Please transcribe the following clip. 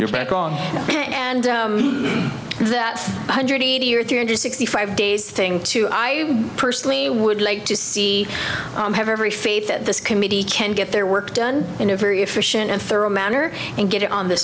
you're back on and that one hundred eighty year three hundred sixty five days thing too i personally would like to see i have every faith that this committee can get their work done in a very efficient and thorough manner and get it on th